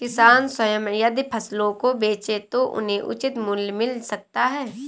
किसान स्वयं यदि फसलों को बेचे तो उन्हें उचित मूल्य मिल सकता है